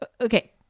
Okay